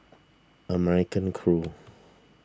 American Crew